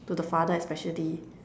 to the father especially